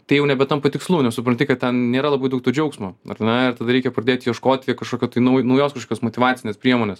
tai jau nebetampa tikslu nes supranti kad ten nėra labai daug to džiaugsmo ar ne ir tada reikia pradėt ieškoti kažkokio tai naujos kažkokios motyvacinės priemonės